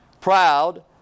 proud